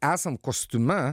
esant kostiume